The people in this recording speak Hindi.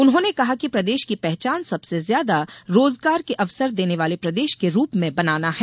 उन्होंने कहा कि प्रदेश की पहचान सबसे ज्यादा रोजगार के अवसर देने वाले प्रदेश के रूप में बनाना है